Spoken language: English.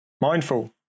Mindful